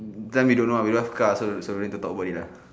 then we don't know we no cars so so no need to talk about it lah